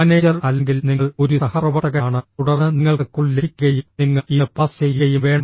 manager അല്ലെങ്കിൽ നിങ്ങൾ ഒരു സഹപ്രവർത്തകനാണ് തുടർന്ന് നിങ്ങൾക്ക് കോൾ ലഭിക്കുകയും നിങ്ങൾ ഇത് പാസ് ചെയ്യുകയും വേണം